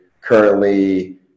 currently